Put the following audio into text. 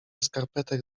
skarpetek